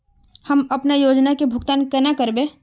हम अपना योजना के भुगतान केना करबे?